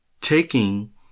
taking